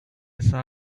saw